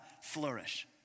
flourish